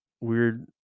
Weird